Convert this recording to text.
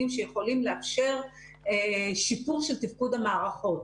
שיכולים לאפשר שיפור תפקוד של המערכות.